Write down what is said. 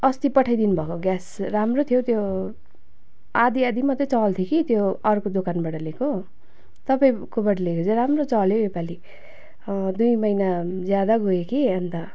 अस्ति पठाइदिनु भएको ग्यास राम्रो थियो त्यो आधी आधी मात्रै चलाउँथ्यो कि त्यो अर्को दोकानबाट लिएको तपाईँकोबाट लिएको चाहिँ राम्रो चल्यो योपाली दुई महिना ज्यादा गयो कि अन्त